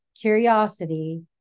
curiosity